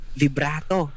vibrato